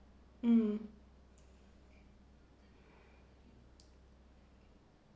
mm